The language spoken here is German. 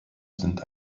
sind